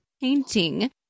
painting